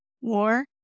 War